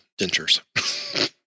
dentures